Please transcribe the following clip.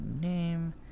name